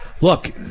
look